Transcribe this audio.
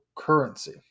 currency